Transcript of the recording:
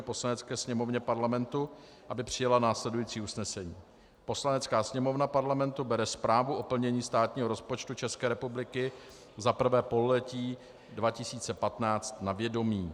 Poslanecké sněmovně Parlamentu, aby přijala následující usnesení: Poslanecká sněmovna Parlamentu bere Zprávu o plnění státního rozpočtu České republiky za 1. pololetí 2015 na vědomí.